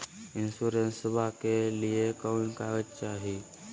इंसोरेंसबा के लिए कौन कागज चाही?